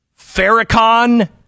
Farrakhan